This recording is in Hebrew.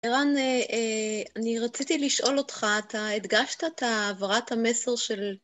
ערן, אני רציתי לשאול אותך, אתה הדגשת את העברת המסר של...